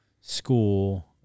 school